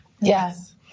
Yes